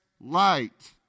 light